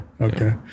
okay